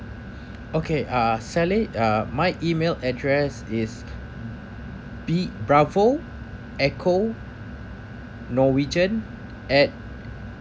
okay uh sally uh my email address is B bravo echo norwegian at